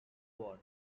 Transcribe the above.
war